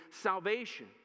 salvation